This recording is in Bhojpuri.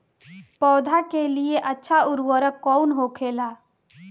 पौधा के लिए अच्छा उर्वरक कउन होखेला?